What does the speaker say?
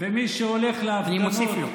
ומי שהולך להפגנות, אני מוסיף לו.